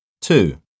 Two